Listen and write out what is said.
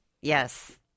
Yes